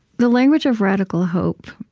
the language of radical hope